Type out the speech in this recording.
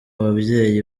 babyeyi